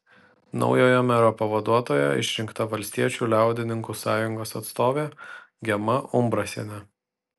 naujojo mero pavaduotoja išrinkta valstiečių liaudininkų sąjungos atstovė gema umbrasienė